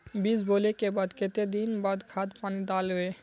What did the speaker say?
बीज बोले के बाद केते दिन बाद खाद पानी दाल वे?